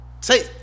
Say